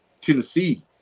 Tennessee